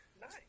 Nice